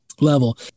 level